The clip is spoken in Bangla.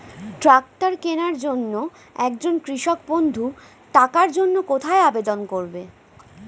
ট্রাকটার কিনার জন্য একজন কৃষক বন্ধু টাকার জন্য কোথায় আবেদন করবে?